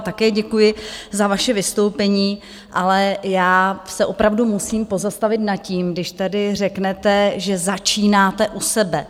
Také děkuji za vaše vystoupení, ale já se opravdu musím pozastavit nad tím, když tady řeknete, že začínáte u sebe.